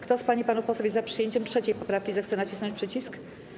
Kto z pań i panów posłów jest za przyjęciem 3. poprawki, zechce nacisnąć przycisk.